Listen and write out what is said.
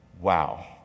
Wow